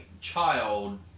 child